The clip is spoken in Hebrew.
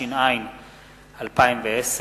התש"ע-2010,